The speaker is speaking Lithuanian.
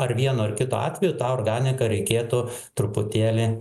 ar vienu ar kitu atveju tą organiką reikėtų truputėlį